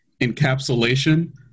encapsulation